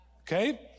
okay